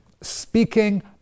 speaking